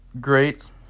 great